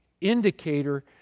indicator